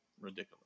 Ridiculous